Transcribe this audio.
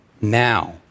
Now